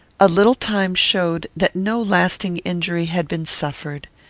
a little time showed that no lasting injury had been suffered.